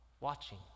watching